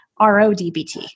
RODBT